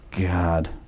God